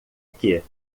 que